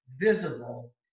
visible